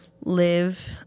Live